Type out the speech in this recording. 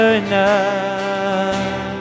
enough